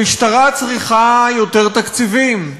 המשטרה צריכה יותר תקציבים,